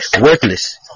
worthless